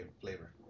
flavor